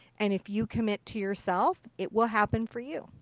and if you commit to yourself, it will happen for you.